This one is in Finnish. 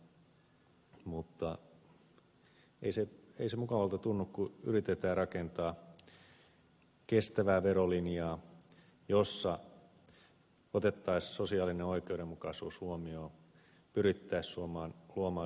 mutta ei se mukavalta tunnu kun yritetään rakentaa kestävää verolinjaa jossa otettaisiin sosiaalinen oikeudenmukaisuus huomioon pyrittäisiin luomaan suomeen työpaikkoja